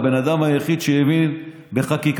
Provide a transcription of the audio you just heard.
הבן אדם היחיד שהבין בחקיקה.